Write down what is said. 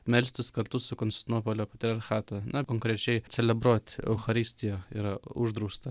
melstis kartu su konstantinopolio patriarchatu na konkrečiai celebruoti eucharistiją yra uždrausta